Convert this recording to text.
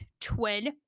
twin